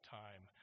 time